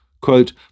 quote